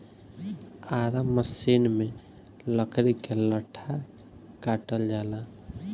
Ara machine में लकड़ी के लट्ठा काटल जाला